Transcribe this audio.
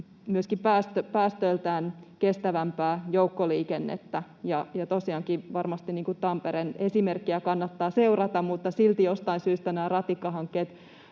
myöskin päästöiltään kestävämpää joukkoliikennettä. Ja tosiaankin, varmasti Tampereen esimerkkiä kannattaa seurata, mutta silti jostain syystä nämä ratikkahankkeet